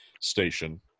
station